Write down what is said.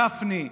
גפני,